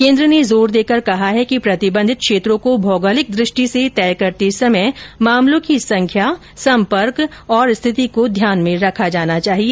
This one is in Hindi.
केन्द्र ने जोर देकर कहा है कि प्रतिबंधित क्षेत्रों को भौगोलिक दृष्टि से तय करते समय मामलों की संख्या संपर्क और स्थिति को ध्यान में रखा जाना चाहिए